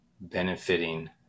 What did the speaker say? benefiting